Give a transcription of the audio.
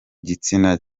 gitsina